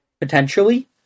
potentially